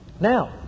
Now